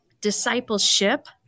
Discipleship